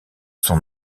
son